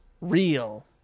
real